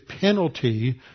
penalty